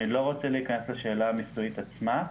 אני לא רוצה להיכנס לשאלה המשפטית עצמה,